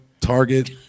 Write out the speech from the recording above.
Target